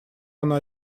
она